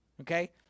okay